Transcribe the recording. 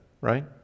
right